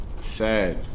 Sad